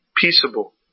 peaceable